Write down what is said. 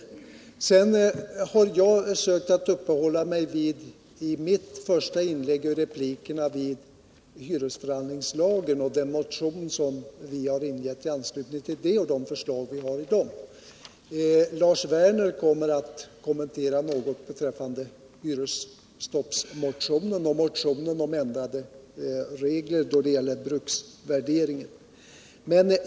Måndagen den Såväl i mitt första inlägg som i mina tidigare repliker har jag sökt uppehålla 29 maj 1978 mig vid hyresförhandlingslagen och den motion som vi har avgivit i anslutning till den propositionen. Lars Werner kommer att något kommentera våra motioner om hyresstopp, dvs. ändrade regler då det gäller bruksvärdering.